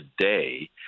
today